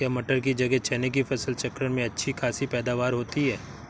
क्या मटर की जगह चने की फसल चक्रण में अच्छी खासी पैदावार होती है?